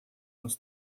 nos